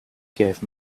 gave